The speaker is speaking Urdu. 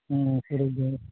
ہاں پھر جو ہے